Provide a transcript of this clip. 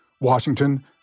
Washington